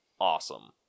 awesome